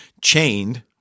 Chained